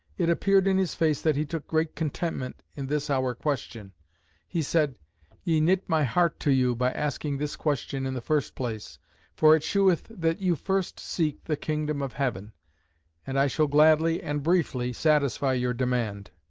it appeared in his face that he took great contentment in this our question he said ye knit my heart to you, by asking this question in the first place for it sheweth that you first seek the kingdom of heaven and i shall gladly, and briefly, satisfy your demand.